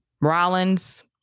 Rollins